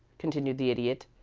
continued the idiot.